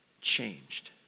changed